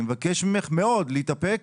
אני מבקש ממך מאוד להתאפק